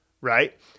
right